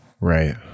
Right